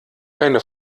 keine